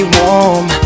warm